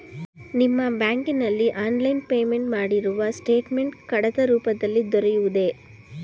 ನಿಮ್ಮ ಬ್ಯಾಂಕಿನಲ್ಲಿ online payment ಮಾಡಿರುವ ಸ್ಟೇಟ್ಮೆಂಟ್ ಕಡತ ರೂಪದಲ್ಲಿ ದೊರೆಯುವುದೇ?